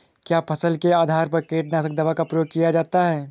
क्या फसल के आधार पर कीटनाशक दवा का प्रयोग किया जाता है?